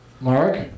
Mark